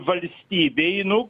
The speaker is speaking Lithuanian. valstybei nu